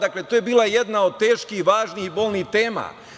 Dakle, to je bila jedna od teških, važnih i bolnih tema.